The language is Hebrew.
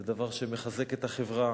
זה דבר שמחזק את החברה.